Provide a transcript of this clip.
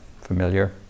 familiar